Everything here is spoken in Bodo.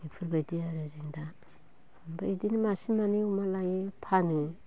एफोरबायदि आरो जों दा ओमफाय इदिनो मासे मानै अमा लायो फानो